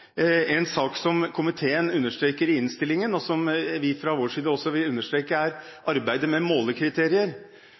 En sak som komiteen understreker i innstillingen, og som vi fra vår side også vil understreke, er arbeidet med målekriterier.